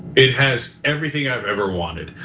it has everything i've ever wanted,